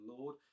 Lord